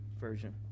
version